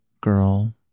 girl